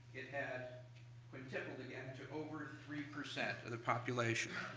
had quintupled again to over three percent of the population.